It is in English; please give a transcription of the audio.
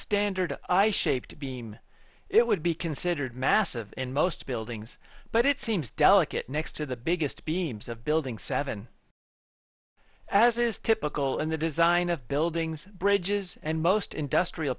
standard i shaped beam it would be considered massive in most buildings but it seems delicate next to the biggest beams of building seven as is typical in the design of buildings bridges and most industrial